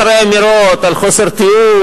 מאחורי אמירות על חוסר תיאום,